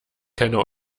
keiner